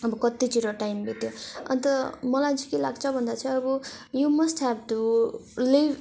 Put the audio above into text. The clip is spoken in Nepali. अब कति छिटो टाइम बित्यो अन्त मलाई चाहिँ के लाग्छ भन्दा चाहिँ अब you must have to leave